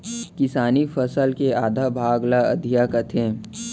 किसानी फसल के आधा भाग ल अधिया कथें